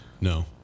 No